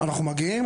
אנחנו מגיעים,